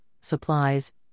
supplies